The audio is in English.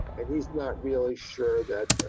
and he's not really sure that